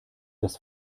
das